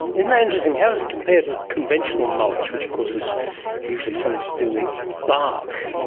isn't that interesting. how does it compare to conventional mulch, which of course is usually something to do with bark,